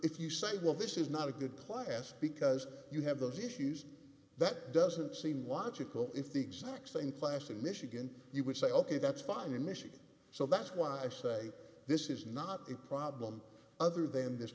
if you say well this is not a good class because you have those issues that doesn't seem logical if the exact same class in michigan you would say ok that's fine in michigan so that's why i say this is not a problem other than this